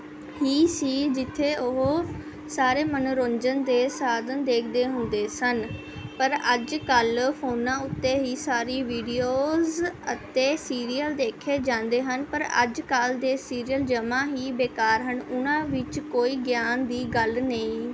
ਹੀ ਸੀ ਜਿੱਥੇ ਉਹ ਸਾਰੇ ਮੰਨੋਰੰਜਨ ਦੇ ਸਾਧਨ ਦੇਖਦੇ ਹੁੰਦੇ ਸਨ ਪਰ ਅੱਜ ਕੱਲ੍ਹ ਫੋਨਾਂ ਉੱਤੇ ਹੀ ਸਾਰੀ ਵੀਡਿਓਜ਼ ਅਤੇ ਸੀਰੀਅਲ ਦੇਖੇ ਜਾਂਦੇ ਹਨ ਪਰ ਅੱਜ ਕੱਲ੍ਹ ਦੇ ਸੀਰੀਅਲ ਜਮ੍ਹਾ ਹੀ ਬੇਕਾਰ ਹਨ ਉਨ੍ਹਾਂ ਵਿੱਚ ਕੋਈ ਗਿਆਨ ਦੀ ਗੱਲ ਨਹੀਂ